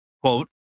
quote